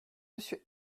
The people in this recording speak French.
monsieur